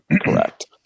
Correct